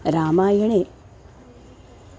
रामायणे